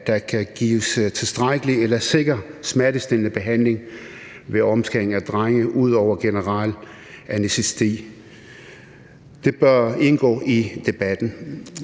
der kan gives tilstrækkelig eller sikker smertestillende behandling ved omskæring af drenge ud over generel anæstesi. Det bør indgå i debatten.